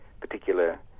particular